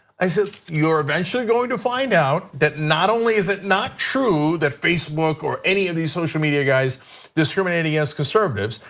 i said you are eventually going to find out that not only is it not true that facebook or any of the social media guys discriminated against conservatives,